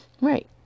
Right